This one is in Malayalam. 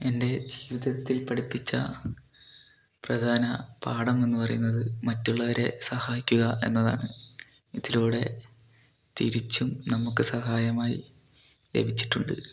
എൻ്റെ ജീവിതത്തിൽ പഠിപ്പിച്ച പ്രധാന പാഠം എന്ന് പറയുന്നത് മറ്റുള്ളവരെ സഹായിക്കുക എന്നതാണ് ഇതിലൂടെ തിരിച്ചും നമുക്ക് സഹായമായി ലഭിച്ചിട്ടുണ്ട്